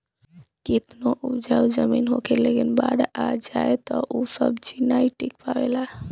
केतनो उपजाऊ जमीन होखे लेकिन बाढ़ आ जाए तअ ऊ सब्जी नाइ टिक पावेला